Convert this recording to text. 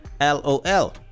LOL